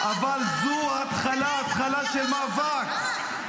-- אבל זו התחלה, התחלה של מאבק.